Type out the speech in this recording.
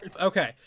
Okay